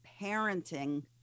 parenting